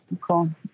cool